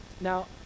Now